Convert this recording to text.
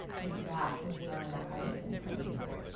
and that was one of the hardest things for me to hear.